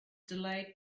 delayed